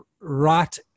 right